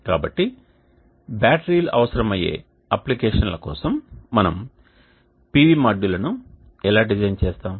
కాబట్టి బ్యాటరీలు అవసరమయ్యే అప్లికేషన్ల కోసం మనము PV మాడ్యూల్లను ఎలా డిజైన్ చేస్తాము